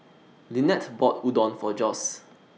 Linette bought Udon For Josue